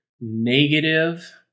negative